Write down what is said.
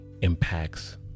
impacts